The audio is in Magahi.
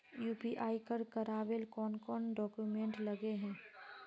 यु.पी.आई कर करावेल कौन कौन डॉक्यूमेंट लगे है?